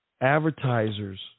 advertisers